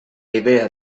idea